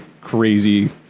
crazy